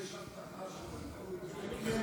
מיכאל,